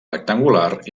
rectangular